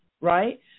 right